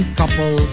couple